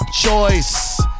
choice